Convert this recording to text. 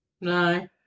no